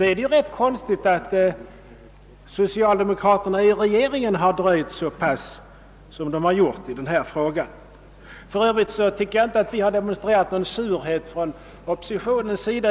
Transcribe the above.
är det rätt konstigt att socialdemokraterna i regeringen dröjt så länge. För övrigt tycker jag inte att det demonstrerats någon surhet från oppositionens sida.